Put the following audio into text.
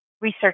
research